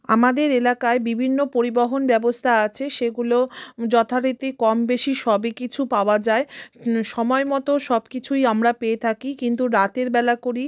আমাদের এলাকায় বিভিন্ন পরিবহণ ব্যবস্থা আছে সেগুলো যথারীতি কমবেশি সবই কিছু পাওয়া যায় সময় মতো সব কিছুই আমরা পেয়ে থাকি কিন্তু রাতেরবেলা করে